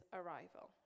arrival